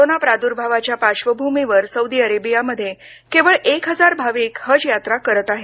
corona प्रादुर्भावाच्या पार्श्वभूमीवर Saudi अरेबियामध्ये केवळ एक हजार भाविक हज यात्रा करत आहेत